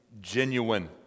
genuine